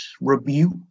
rebuke